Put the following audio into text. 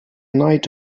night